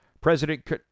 President